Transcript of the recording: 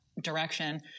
direction